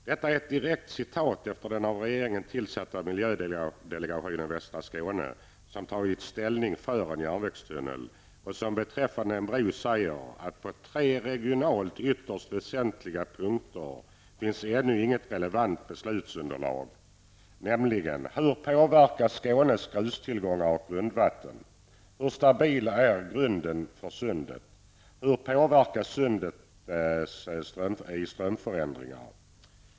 Detta är ett direkt citat efter uttalanden av den av regeringen tillsatta Miljödelegationen Västra Skåne, som tagit ställning för en järnvägstunnel och som beträffande en bro säger att ''på tre regionalt ytterligt väsentliga punkter finns ännu inget relevant beslutsunderlag, nämligen -- hur påverkas Skånes grustillgångar och grundvatten? -- hur stabil är grunden för sundet?